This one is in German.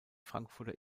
frankfurter